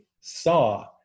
saw